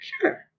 Sure